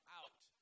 out